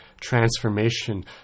transformation